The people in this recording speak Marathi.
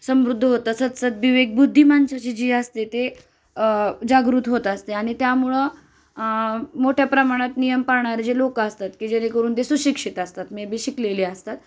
समृद्ध होतं सद्सद् विवेकबुद्धी माणसाची जी असते ते जागृत होत असते आणि त्यामुळं मोठ्या प्रमाणात नियम पाळणारे जे लोकं असतात की जेणेकरून ते सुशिक्षित असतात मेबी शिकलेले असतात